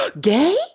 gay